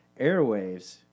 airwaves